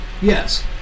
Yes